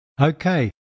Okay